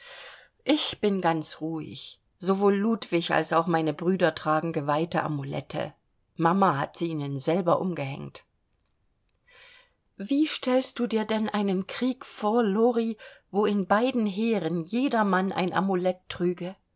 ich bin ganz ruhig sowohl ludwig als meine brüder tragen geweihte amulette mama hat sie ihnen selber umgehängt wie stellst du dir denn einen krieg vor lori wo in beiden heeren jeder mann ein amulett trüge